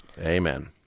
Amen